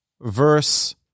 verse